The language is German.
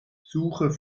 suche